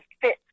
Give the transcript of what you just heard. fit